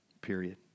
period